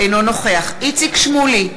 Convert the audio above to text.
אינו נוכח איציק שמולי,